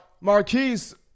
Marquise